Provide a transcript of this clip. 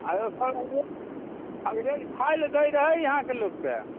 आँइ यौ अंग्रेज अंग्रेज खाय लए दै रहय इहाके लोग के